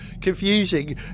confusing